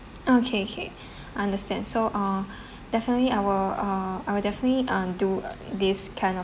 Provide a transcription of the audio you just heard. okay okay understand so uh definitely I will uh I will definitely uh do this kind of